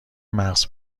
مغر